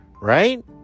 right